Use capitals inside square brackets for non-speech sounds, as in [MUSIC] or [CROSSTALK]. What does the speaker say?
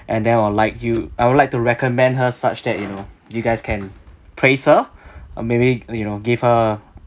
and then I would like you I would like to recommend her such that you know you guys can praise her [BREATH] uh maybe you know give her